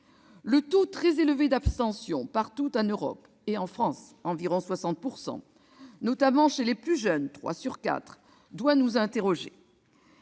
Le taux très élevé d'abstention en Europe et en France- environ 60 %-, notamment chez les plus jeunes- trois sur quatre -, doit nous interroger.